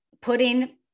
putting